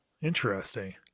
interesting